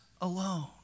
alone